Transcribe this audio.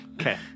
Okay